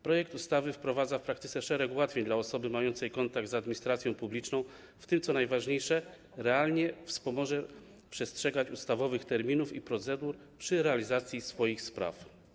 Projekt ustawy wprowadza w praktyce szereg ułatwień dla osoby mającej kontakt z administracją publiczną, w tym - co najważniejsze - realnie wspomoże przestrzeganie ustawowych terminów i procedur przy realizacji swoich spraw.